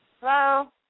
Hello